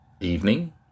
Evening